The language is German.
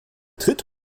tritt